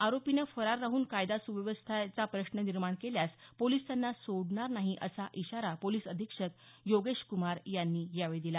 आरोपीनं फरार राहून कायदा सुव्यवस्था व्यवस्थेचा प्रश्न निर्माण केल्यास पोलिस त्याना सोडणार नाहीत असा इशारा पोलिस अधिक्षक योगेश कुमार यांनी यावेळी दिला